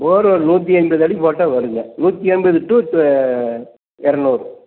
போர் ஒரு நூற்றி ஐம்பதடி போட்டால் வருங்க நூற்றி ஐம்பது டு இரநூறு